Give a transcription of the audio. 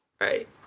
Right